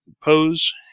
pose